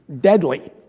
deadly